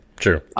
true